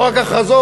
לא רק הכרזות.